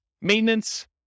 Maintenance